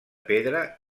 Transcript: pedra